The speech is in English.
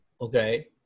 okay